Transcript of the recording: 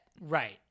right